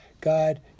God